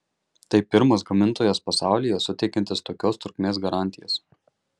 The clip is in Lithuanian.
tai pirmas gamintojas pasaulyje suteikiantis tokios trukmės garantijas